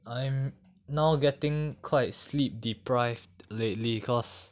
I'm now getting quite sleep deprived lately cause